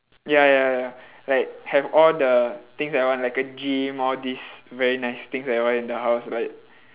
ya ya ya like have all the things that I want like a gym all these very nice things I want in the house like